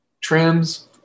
Trims